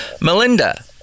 Melinda